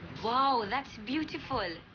wow! that's beautifui!